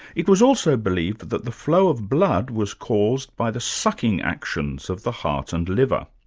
it was also believed that the flow of blood was caused by the sucking actions of the heart and liver.